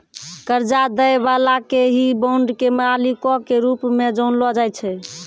कर्जा दै बाला के ही बांड के मालिको के रूप मे जानलो जाय छै